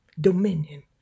dominion